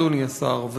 אדוני השר,